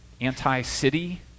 anti-city